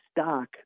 stock